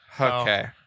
Okay